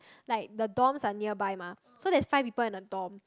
like the dorms are nearby mah so there's five people in the dorm